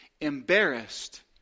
embarrassed